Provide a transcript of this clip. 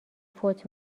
فوت